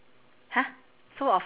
ya okay